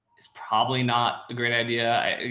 it's probably not a great idea.